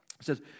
says